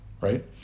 right